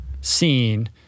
seen